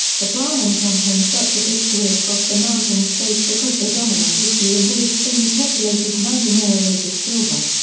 the bryan campaign swept to victory across the mountain states because the dominant issue in those thinly-populated mining areas was silver.